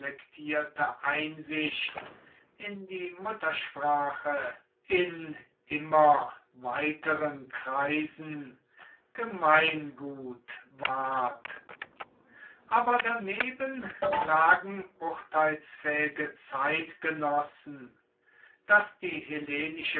einsicht in die muttersprache in immer weiteren kreisen gemeingut ward aber daneben klagen urteilsfähige zeitgenossen daß die